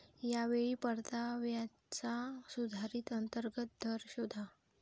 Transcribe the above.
या वेळी परताव्याचा सुधारित अंतर्गत दर शोधा